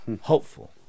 Hopeful